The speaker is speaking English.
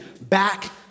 back